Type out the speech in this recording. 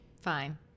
Fine